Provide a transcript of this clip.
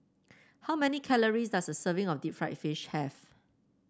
how many calories does a serving of Deep Fried Fish have